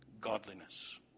godliness